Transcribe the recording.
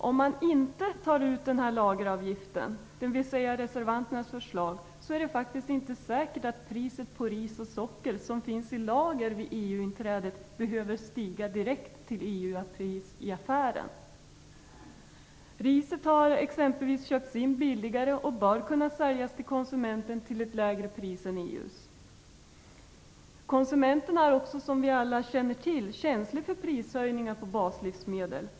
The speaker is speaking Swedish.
Om man inte tar ut denna lageravgift enligt reservanternas förslag är det inte säkert att priset på det ris och socker som finns i lager vid EU-inträdet behöver stiga direkt till EU-pris i affären. Riset har köpts in billigare och det bör kunna säljas till konsumenten till ett lägre pris än EU-priset. Som vi alla känner till är konsumenten känslig för prishöjningar på baslivsmedel.